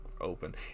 open